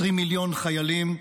20 מיליון חיילים,